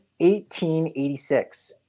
1886